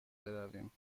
برویم